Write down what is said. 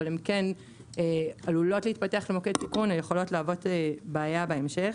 הן כן עלולות להתפתח למוקד סיכון ויכולות להוות בעיה בהמשך.